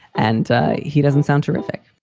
and he doesn't sound terrific